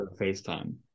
FaceTime